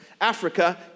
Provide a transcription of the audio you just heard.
Africa